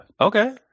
okay